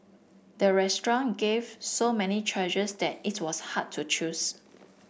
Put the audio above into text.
the restaurant gave so many choices that it was hard to choose